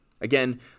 Again